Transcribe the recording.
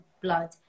blood